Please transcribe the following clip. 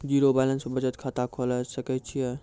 Zero balance पर बचत खाता खोले सकय छियै?